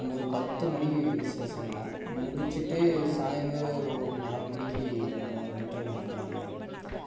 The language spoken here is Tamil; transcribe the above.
அங்கே ஒரு பத்து மணிக்கு விசேஷங்கண்ணா முடித்துட்டு சாயந்தரம் ஒரு நாலு மணிக்கு நம்ம ரிட்டர்ன் ஆகிக்கலாங்க